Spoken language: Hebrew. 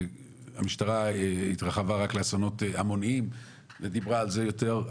המשטרה התרחבה רק לאסונות המוניים ודיברה על זה יותר,